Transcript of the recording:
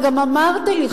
אתה גם אמרת לי,